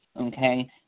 Okay